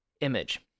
image